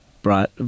Brought